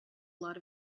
lot